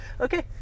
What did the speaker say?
Okay